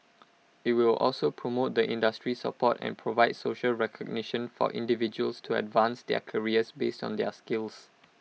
IT will also promote the industry support and provide social recognition for individuals to advance their careers based on their skills